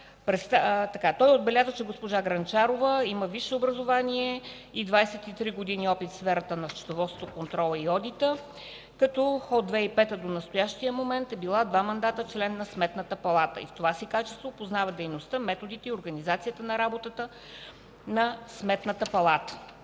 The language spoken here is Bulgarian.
отбеляза, че госпожа Грънчарова има висше образование и 23 години опит в сферата на счетоводството, контрола и одита, като от 2005 г. до настоящия мандат е била два мандата член на Сметната палата и това си качество познава дейността, методите и организацията на работата на Сметната палата.